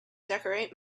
decorate